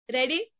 Ready